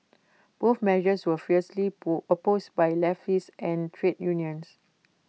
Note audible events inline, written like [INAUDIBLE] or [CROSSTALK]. both measures were fiercely [UNINTELLIGIBLE] opposed by leftists and trade unions